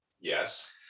Yes